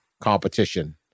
competition